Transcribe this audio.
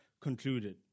concluded